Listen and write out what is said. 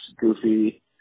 goofy